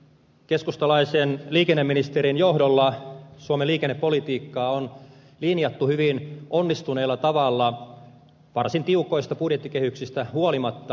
keskustalaisen liikenneministerin johdolla suomen liikennepolitiikkaa on linjattu hyvin onnistuneella tavalla varsin tiukoista budjettikehyksistä huolimatta